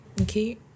Okay